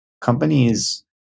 companies